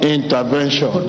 intervention